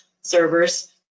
servers